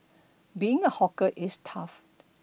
being a hawker is tough